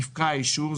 יפקע האישור,